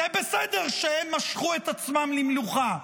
זה בסדר שהם משחו את עצמם למלוכה.